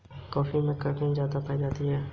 लाभार्थी कौन होता है?